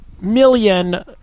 million